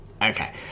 Okay